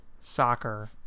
soccer